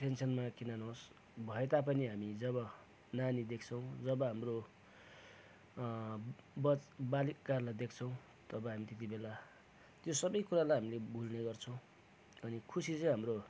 टेन्सनमा किन नहोस् भए तापनि हामी जब नानी देख्छौँ जब हाम्रो बच बालिकाहरूलाई देख्छौँ तब हामी त्यती बेला त्यो सबै कुराहरूलाई हामीले भुल्ने गर्छौँ अनि खुसी चाहिँ हाम्रो